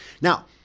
Now